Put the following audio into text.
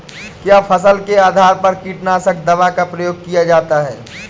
क्या फसल के आधार पर कीटनाशक दवा का प्रयोग किया जाता है?